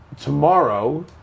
Tomorrow